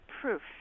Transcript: proof